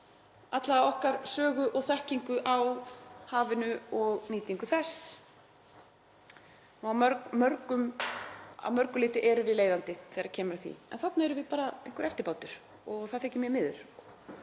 alla okkar sögu og þekkingu á hafinu og nýtingu þess. Að mörgu leyti erum við leiðandi þegar kemur að því en þarna erum við bara einhver eftirbátur og það þykir mér miður.